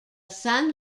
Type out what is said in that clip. san